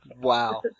wow